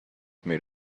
made